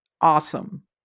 Awesome